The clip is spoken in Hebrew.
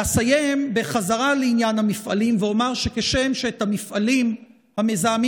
אסיים בחזרה לעניין המפעלים ואומר שכשם שאת המפעלים המזהמים